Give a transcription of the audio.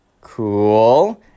cool